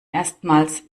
erstmals